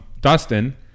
Dustin